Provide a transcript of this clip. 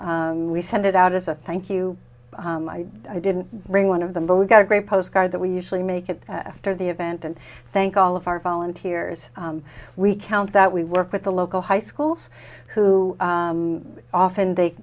shot we send it out as a thank you i didn't bring one of them but we got a great postcard that we usually make it after the event and thank all of our volunteers we count that we work with the local high schools who often they